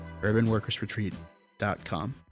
UrbanWorkersRetreat.com